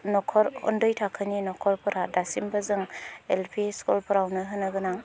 न'खर उन्दै थाखोनि न'खरफोरा दासिमबो जों एल पि स्कुलफोरावनो होनो गोनां